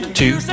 two